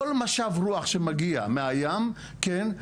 כל משב רוח שמגיע מהים, כן?